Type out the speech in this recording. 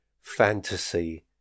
fantasy